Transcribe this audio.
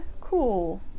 cool